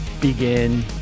begin